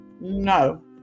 No